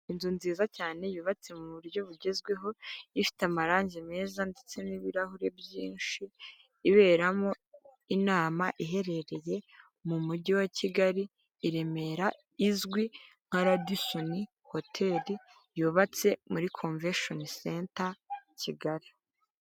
Inzu nziza cyane yubatse mu buryo bugezweho ifite amarangi meza ndetse n'ibirahure byinshi iberamo inama iherereye mu mujyi wa kigali i remera izwi nka radison hotel yubatse muri convention centre kigali .